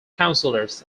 councillors